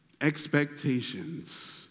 Expectations